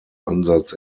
ansatz